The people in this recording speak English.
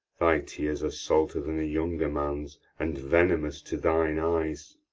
thy tears are salter than a younger man's, and venomous to thine eyes